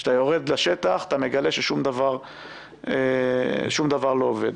כשאתה יורד לשטח אתה מגלה ששום דבר לא עובד.